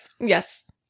Yes